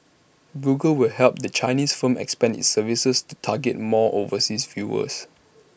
Google will help the Chinese firm expand its services to target more overseas viewers